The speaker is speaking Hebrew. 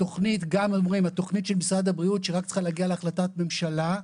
התוכנית של משרד הבריאות שרק צריכה להגיע להחלטת ממשלה,